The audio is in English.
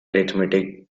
arithmetic